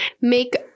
make